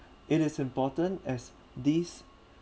it is important as this